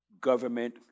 government